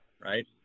Right